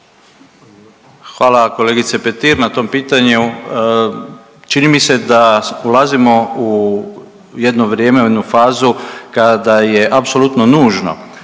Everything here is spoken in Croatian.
Hvala kolegice Petir na tom pitanju, čini mi se da ulazimo u jedno vrijeme, u jednu fazu kada je apsolutno nužno